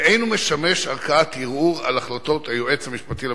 ואין הוא משמש ערכאת ערעור על החלטות היועץ המשפטי לממשלה.